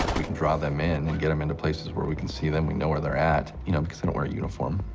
we can draw them in and get them into places where we can see them we know where they're at you know, because they don't wear a uniform.